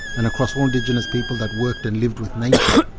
and across all indigenous people that worked and lived with nature,